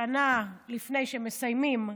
שנה לפני שהם מסיימים,